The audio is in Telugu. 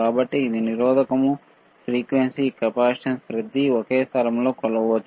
కాబట్టి ఇది నిరోధకం ఫ్రీక్వెన్సీ కెపాసిటెన్స్ ప్రతిదీ ఒకే స్థలంలో కొలవవచ్చు